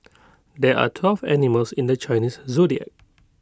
there are twelve animals in the Chinese Zodiac